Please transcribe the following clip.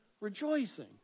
rejoicing